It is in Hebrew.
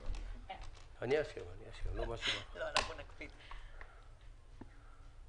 אם לא אנחנו נועלים את הדיון.